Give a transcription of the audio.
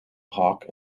hawk